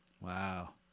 wow